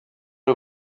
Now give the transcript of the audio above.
who